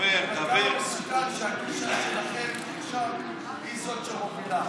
כמה מסוכן שהגישה שלכם שם היא שמובילה,